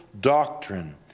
doctrine